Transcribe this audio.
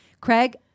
Craig